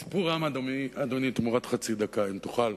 סיפור-עם, אדוני, תמורת חצי דקה, אם תוכל.